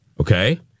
Okay